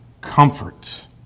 comfort